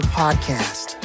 podcast